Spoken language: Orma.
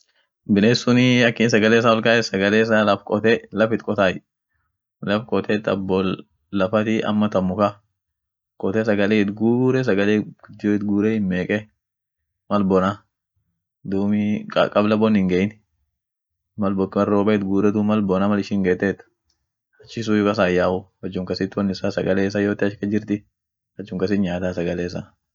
Binessunii akin sagale issa ol kayet, sagale issa laf kote, laff it kotay, laf kote ta bol lafati ama ta mukka kote sagale it guure, sagale guddio it guure immeke, mal bona duumi kabla bon hingei mal boken roobeet guure duumi mal bona mal ishin geteet, achisuyu kasa hin yau achum kasit woin issa sagale issa yoote achi sun kasjirti achum kasit nyaat sagale issa.